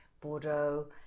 Bordeaux